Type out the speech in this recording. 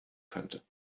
könnte